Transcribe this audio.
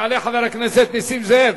יעלה חבר הכנסת נסים זאב.